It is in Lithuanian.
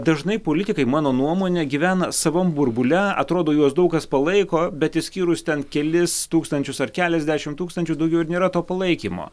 dažnai politikai mano nuomone gyvena savam burbule atrodo juos daug kas palaiko bet išskyrus ten kelis tūkstančius ar keliasdešimt tūkstančių daugiau ir nėra to palaikymo